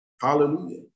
Hallelujah